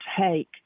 take